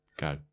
go